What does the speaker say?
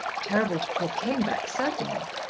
terrible to poor caneback certainly.